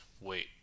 wait